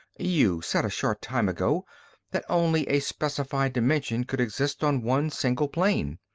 you said a short time ago that only a specified dimension could exist on one single plane.